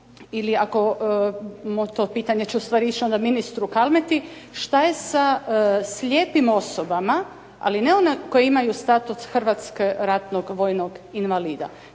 ili to pitanje bi onda ustvari išlo ministru Kalmeti, šta je sa slijepim osobama, ali ne one koje imaju status hrvatskog ratnog vojnog invalida